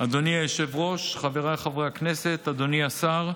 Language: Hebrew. אדוני היושב-ראש, חבריי חברי הכנסת, אדוני השר,